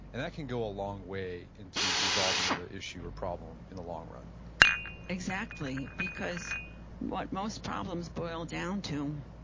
and that can go a long way into resolving the issue or problem in the long run exactly. because what most problems boil down to